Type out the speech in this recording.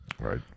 Right